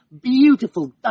beautiful